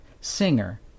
singer